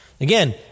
Again